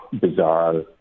bizarre